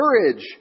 courage